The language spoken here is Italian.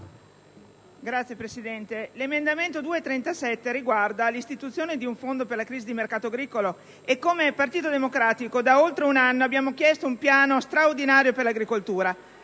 Signor Presidente, l'emendamento 2.37 riguarda l'istituzione di un Fondo per le crisi di mercato agricolo. Come Partito Democratico da oltre un anno abbiamo chiesto un piano straordinario per l'agricoltura.